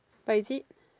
but is it